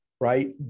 right